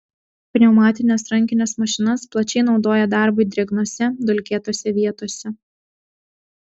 pneumatines rankines mašinas plačiai naudoja darbui drėgnose dulkėtose vietose